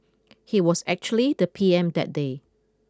he was actually the P M that day